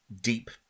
deep